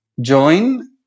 join